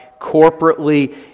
Corporately